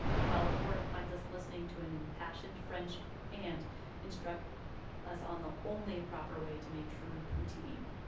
and while a fourth finds us listening to an impassioned french aunt instruct us on the only proper way to make true poutine.